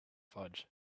fudge